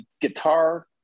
guitar